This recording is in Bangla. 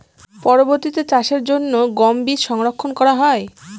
পরবর্তিতে চাষের জন্য গম বীজ সংরক্ষন করা হয়?